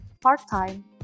part-time